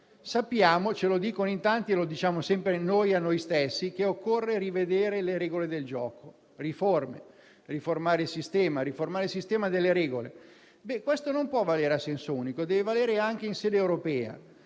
Sappiamo, ce lo dicono in tanti e lo diciamo sempre noi a noi stessi, che occorre rivedere le regole del gioco; riformare il sistema delle regole. Tutto ciò non può valere a senso unico, ma deve valere anche in sede europea.